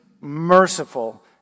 merciful